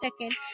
second